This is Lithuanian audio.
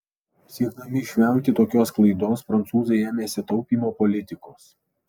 siekdami išvengti tokios klaidos prancūzai ėmėsi taupymo politikos